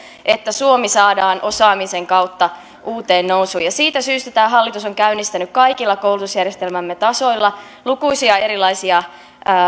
että suomi saadaan osaamisen kautta uuteen nousuun siitä syystä tämä hallitus on käynnistänyt kaikilla koulutusjärjestelmämme tasoilla lukuisia erilaisia